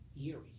eerie